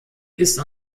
ist